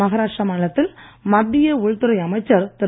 மஹாராஷ்டிர மாநிலத்தில் மத்திய உள்துறை அமைச்சர் திரு